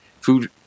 food